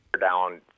down